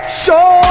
show